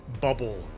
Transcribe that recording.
bubble